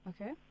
Okay